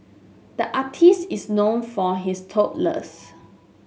the artist is known for his doodles